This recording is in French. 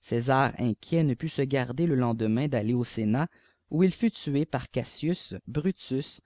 césar inquiet ne put se garder le lendemain d'aller au sénat où il fut tué par cassius brutus